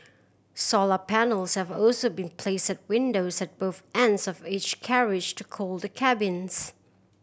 solar panels have also been placed at windows at both ends of each carriage to cool the cabins